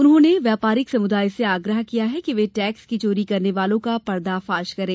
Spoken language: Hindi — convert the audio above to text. उन्होंने व्यापारिक समुदाय से आग्रह किया कि वे टैक्स की चोरी करने वालों का पर्दाफ़ाश करें